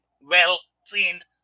well-trained